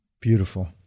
Beautiful